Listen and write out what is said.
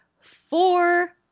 four